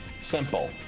Simple